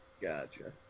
Gotcha